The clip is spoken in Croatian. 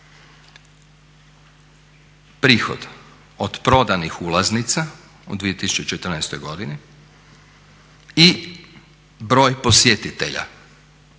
Prihod, od prodanih ulaznica u 2014. godini i broj posjetitelja